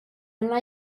anar